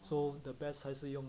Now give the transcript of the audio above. so the best 还是用